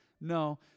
No